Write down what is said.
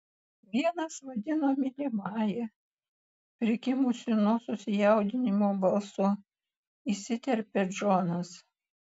vienas vadino mylimąja prikimusiu nuo susijaudinimo balsu įsiterpia džonas